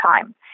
time